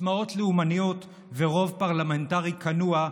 סיסמאות לאומניות ורוב פרלמנטרי כנוע,